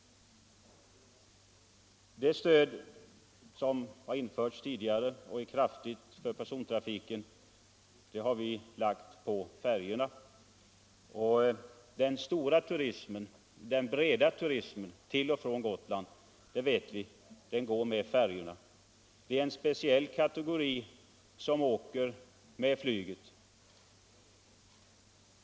Det stöd som tidigare har införts för persontrafiken har vi lagt på färjetrafiken, och vi vet att de flesta turisterna till och från Gotland anlitar färjorna. Det är en speciell kategori som åker med flyget.